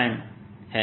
dV है